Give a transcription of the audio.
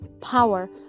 power